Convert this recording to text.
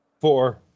Four